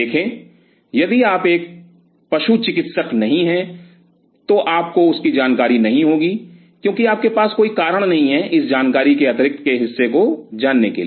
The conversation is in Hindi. देखें यदि आप एक पशु चिकित्सक नहीं है तो आप उसकी जानकारी नहीं होगी क्योंकि आपके पास कोई कारण नहीं है इस जानकारी के अतिरिक्त हिस्से को जानने के लिए